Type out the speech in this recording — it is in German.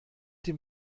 dem